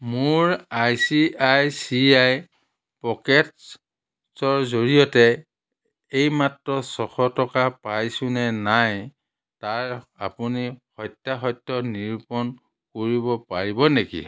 মোৰ I C I C I পকেট্ছৰ জৰিয়তে এইমাত্ৰ ছশ টকা পাইছোঁনে নাই তাৰ আপুনি সত্যাসত্য নিৰূপণ কৰিব পাৰিব নেকি